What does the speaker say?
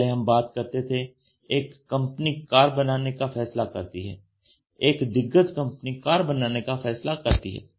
पहले हम बात करते थे एक कंपनी कार बनाने का फैसला करती है एक दिग्गज कंपनी कार बनाने का फैसला करती है